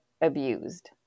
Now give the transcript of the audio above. abused